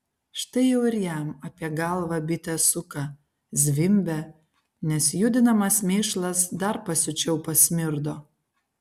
štai jau ir jam apie galvą bitė suka zvimbia nes judinamas mėšlas dar pasiučiau pasmirdo